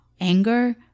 anger